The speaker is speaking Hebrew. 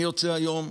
אני יוצא היום